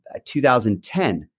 2010